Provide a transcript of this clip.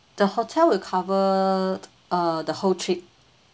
the hotel will cover uh the whole trip